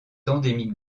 endémique